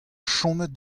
chomet